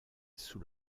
sous